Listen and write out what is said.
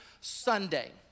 Sunday